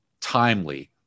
timely